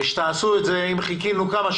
וכשתעשו את זה, אם חיכינו, כמה?